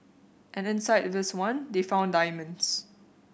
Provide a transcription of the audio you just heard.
and inside this one they found diamonds